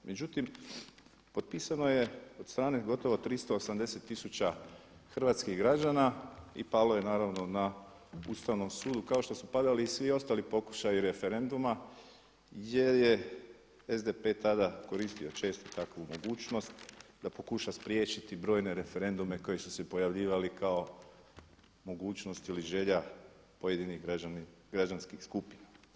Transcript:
Međutim, potpisano je od strane gotovo 380 tisuća hrvatskih građana i palo je naravno na Ustavnom sudu kao što su padali i svi ostali pokušaji referenduma jer je SDP tada koristio tada često takvu mogućnost da pokuša spriječiti brojne referendume koji su se pojavljivali kao mogućnost ili želja pojedinih građanskih skupina.